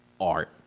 art